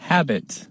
Habit